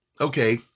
okay